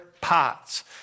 pots